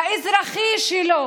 האזרחי שלו.